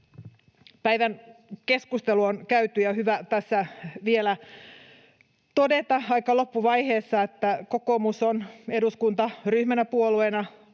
Päivän keskustelu on käyty, ja on hyvä tässä vielä aika loppuvaiheessa todeta, että kokoomus on eduskuntaryhmänä, puolueena